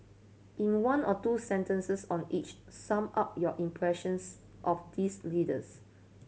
in one or two sentences on each sum up your impressions of these leaders